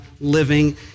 living